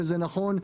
וזה נכון,